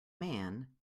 man